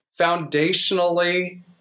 Foundationally